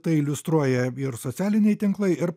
tai iliustruoja ir socialiniai tinklai ir